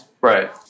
Right